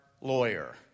lawyer